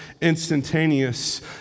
instantaneous